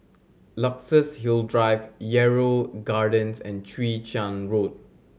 Luxus Hill Drive Yarrow Gardens and Chwee Chian Road